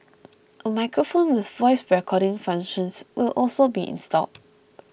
a microphone with voice recording functions will also be installed